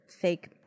Fake